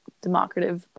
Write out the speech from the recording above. democratic